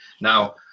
Now